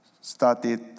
started